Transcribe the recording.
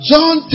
John